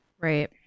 Right